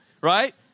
Right